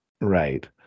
Right